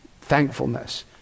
Thankfulness